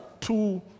two